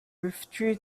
withdrew